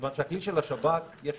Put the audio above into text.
כיוון שלכלי של השב"כ יש